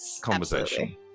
conversation